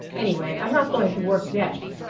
anyway, i'm not going to work yet,